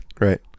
Right